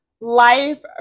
Life